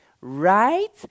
right